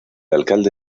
alcalde